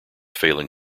failing